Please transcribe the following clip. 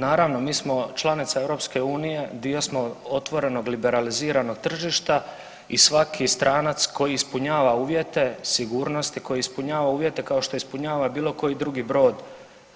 Naravno mi smo članica EU, dio smo otvorenog liberaliziranog tržišta i svaki stranac koji ispunjava uvjete sigurnosti, koji ispunjava uvjete kao što ispunjava i bilo koji drugi brod